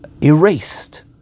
erased